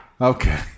okay